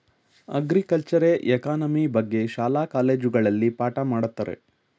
ಅಗ್ರಿಕಲ್ಚರೆ economy ಬಗ್ಗೆ ಶಾಲಾ ಕಾಲೇಜುಗಳಲ್ಲಿ ಪಾಠ ಮಾಡತ್ತರೆ